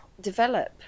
develop